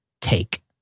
take